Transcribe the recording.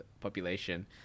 population